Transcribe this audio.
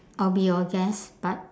I'll be your guest but